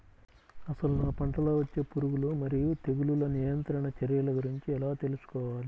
అసలు నా పంటలో వచ్చే పురుగులు మరియు తెగులుల నియంత్రణ చర్యల గురించి ఎలా తెలుసుకోవాలి?